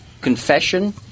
confession